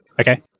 Okay